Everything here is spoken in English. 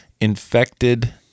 infected